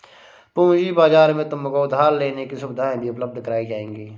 पूँजी बाजार में तुमको उधार लेने की सुविधाएं भी उपलब्ध कराई जाएंगी